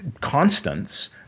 constants